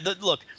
look